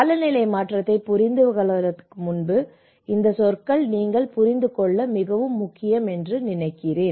காலநிலை மாற்றத்தைப் புரிந்துகொள்வதற்கு முன்பு இந்த சொற்கள் நீங்கள் புரிந்து கொள்ள மிகவும் முக்கியம் என்று நினைக்கிறேன்